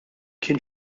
kien